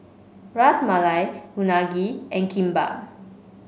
Ras Malai Unagi and Kimbap